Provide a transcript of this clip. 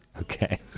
Okay